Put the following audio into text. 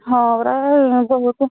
ହଁ ପରା